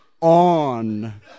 on